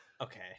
Okay